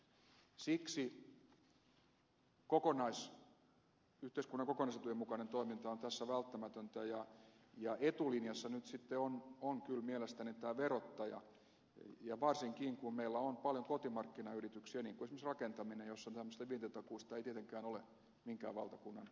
siksi yhteiskunnan kokonaisetujen mukainen toiminta on tässä välttämätöntä ja etulinjassa nyt sitten on kyllä mielestäni tämä verottaja varsinkin kun meillä on paljon kotimarkkinayrityksiä niin kuin esimerkiksi rakentaminen jossa tämmöisistä vientitakuista ei tietenkään ole minkään valtakunnan apua